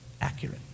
accurate